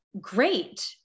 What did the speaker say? great